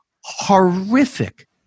horrific